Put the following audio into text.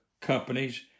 companies